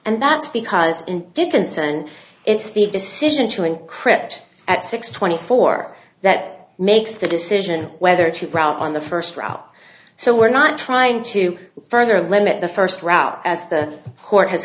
and that's because in defense and it's the decision to encrypt at six twenty four that makes the decision whether to browse on the first route so we're not trying to further limit the first route as the court has